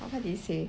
what did he say